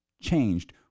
changed